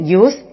use